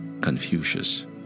Confucius